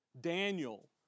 Daniel